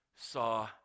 saw